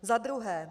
Za druhé.